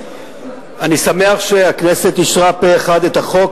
אני שמח שהכנסת אישרה פה-אחד את החוק,